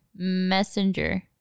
messenger